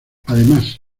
además